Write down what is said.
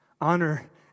honor